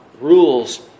rules